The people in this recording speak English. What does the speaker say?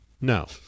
No